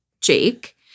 Jake